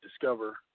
discover